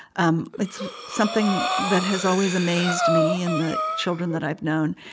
um it's something that has always amazed me and the children that i've known.